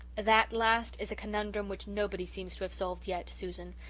ah that last is a conundrum which nobody seems to have solved yet, susan.